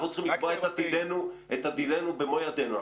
אנחנו צריכים לקבוע את עתידנו במו ידינו.